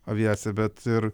aviacija bet ir